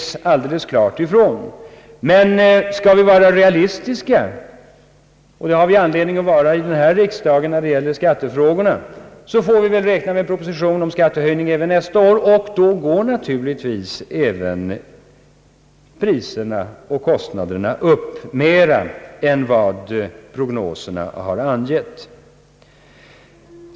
Skall vi vara realistiska — och det har vi anledning vara i denna riksdag när det gäller skattefrågorna — får vi väl räkna med en proposition om skattehöjning även nästa år, och då går naturligtvis även priserna och kostnaderna upp mera än vad prognoserna har angett.